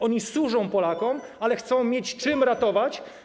Oni służą Polakom, ale chcą mieć czym nas ratować.